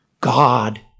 God